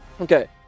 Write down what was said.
Okay